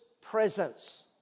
presence